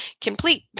complete